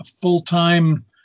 full-time